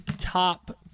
top